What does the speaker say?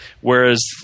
whereas